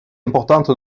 importante